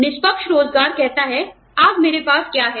निष्पक्ष रोज़गार कहता है आज मेरे पास क्या है